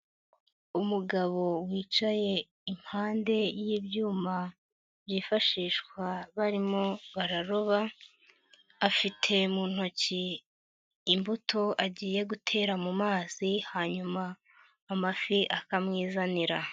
Umugabo wicaye impande y'ibyuma byifashishwa barimo bararoba, afite mu ntoki imbuto agiye gutera mu mazi, hanyuma amafi akamwizanira.